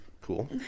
Cool